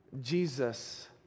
Jesus